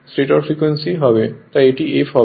তাই এটি f হবে